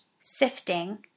sifting